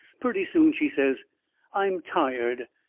purty soon she says i'm tired.